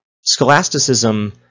scholasticism